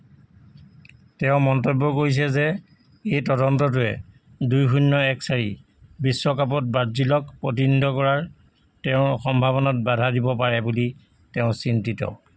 তেওঁ মন্তব্য কৰিছে যে এই তদন্তটোৱে দুই শূন্য এক চাৰি বিশ্বকাপত ব্ৰাজিলক প্ৰতিনিধিত্ব কৰাৰ তেওঁৰ সম্ভাৱনাত বাধা দিব পাৰে বুলি তেওঁ চিন্তিত